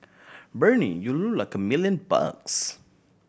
Bernie you look like a million bucks